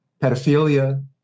pedophilia-